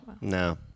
No